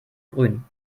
grün